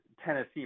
Tennessee